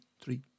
three